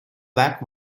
black